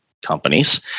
Companies